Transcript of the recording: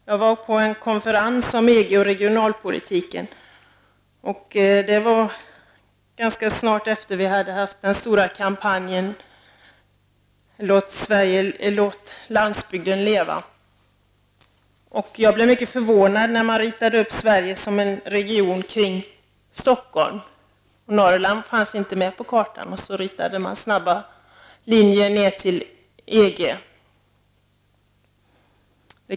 Jag har varit på en konferens om EG och regionalpolitiken. Det var ganska kort tid efter det att vi hade haft den stora kampanjen Låt landsbygden leva. Jag blev mycket förvånad när man då ritade upp Sverige som en region kring Stockholm. Norrland fanns inte med på kartan. Sedan drogs snabbt en linje ned till EG-området.